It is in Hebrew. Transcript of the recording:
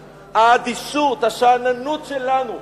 האדישות, השאננות שלנו.